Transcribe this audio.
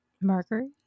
Mercury